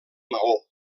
maó